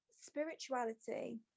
spirituality